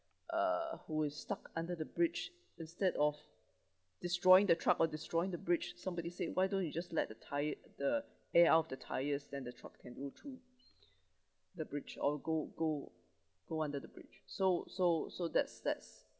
err who is stuck under the bridge instead of destroying the truck or destroying the bridge somebody say why don't you just let the tyr~ the air out of the tyres then the truck can go through the bridge or go go go under the bridge so so so that's that's